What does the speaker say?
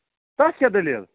تَس کیٛاہ دٔلیٖل